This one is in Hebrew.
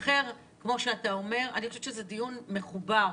אני חושבת שזה דיון מחובר.